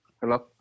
Hello